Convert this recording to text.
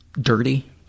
dirty